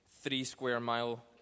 three-square-mile